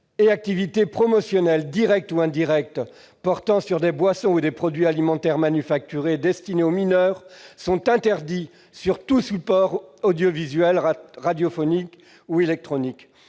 et activités promotionnelles, directes ou indirectes, portant sur des boissons et des produits alimentaires manufacturés destinés aux mineurs sont interdits, sur tous supports audiovisuels, radiophoniques, ou électroniques.